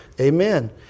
Amen